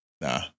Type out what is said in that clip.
Nah